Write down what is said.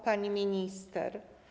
Pani Minister!